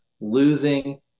losing